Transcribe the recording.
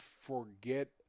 forget